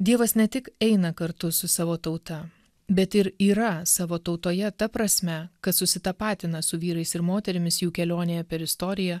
dievas ne tik eina kartu su savo tauta bet ir yra savo tautoje ta prasme kad susitapatina su vyrais ir moterimis jų kelionėje per istoriją